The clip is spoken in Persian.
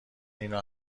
اینو